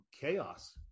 chaos